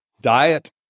diet